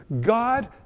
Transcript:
God